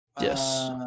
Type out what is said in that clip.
Yes